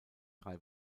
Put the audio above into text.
drei